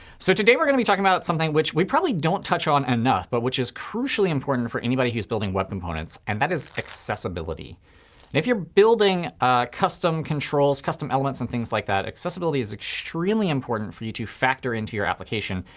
so today we're going to be talking about something which we probably don't touch on enough but which is crucially important for anybody who is building web components and that is accessibility. and if you're building custom controls, custom elements and things like that, accessibility is extremely important for you to factor into your application.